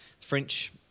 French